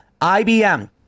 IBM